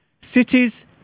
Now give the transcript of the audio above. cities